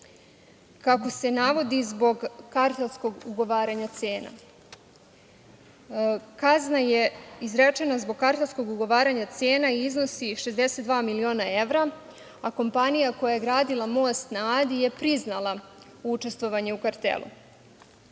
kako se navodi, zbog kartelskog ugovaranja cena. Kazna je izrečena zbog kartelskog ugovaranja cena i iznosi 62 miliona evra, a kompanija koja je gradila Most na Adi je priznala učestvovanje u kartelu.